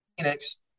Phoenix